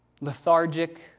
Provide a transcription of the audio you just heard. lethargic